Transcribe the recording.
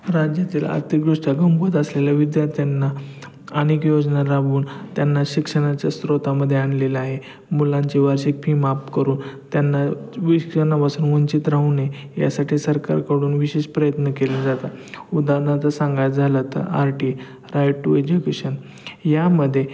राज्यातील आर्थिकदृष्ट्या घंभोद असलेल्या विद्यार्थ्यांना अनेक योजना राबवून त्यांना शिक्षणाच्या स्रोतामध्ये आणलेलं आहे मुलांची वार्षिक फी माफ करून त्यांना शिक्षणापासून वंचित राहू नये यासाठी सरकारकडून विशेष प्रयत्न केले जातात उदाहरणार्थ सांगायचं झालं तर R T E right to education यामध्ये